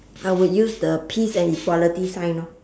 I would use the peace and equality sign loh